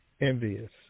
Envious